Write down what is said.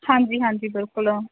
ਹਾਂਜੀ ਹਾਂਜੀ ਬਿਲਕੁਲ ਆ